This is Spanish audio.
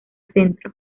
centro